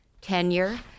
tenure